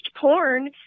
porn